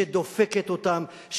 שדופקת אותם,